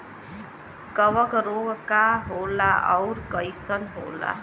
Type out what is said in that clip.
कवक रोग का होला अउर कईसन होला?